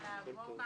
לא.